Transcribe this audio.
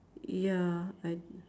ya I